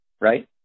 right